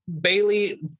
Bailey